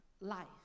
Life